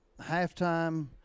halftime